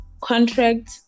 contract